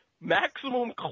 Maximum